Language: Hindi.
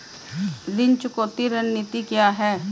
ऋण चुकौती रणनीति क्या है?